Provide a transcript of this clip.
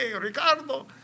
Ricardo